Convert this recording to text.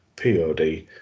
POD